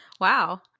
Wow